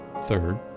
Third